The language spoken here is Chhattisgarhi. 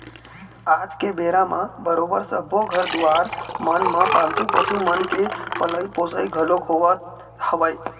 आज के बेरा म बरोबर सब्बो घर दुवार मन म पालतू पशु मन के पलई पोसई घलोक होवत हवय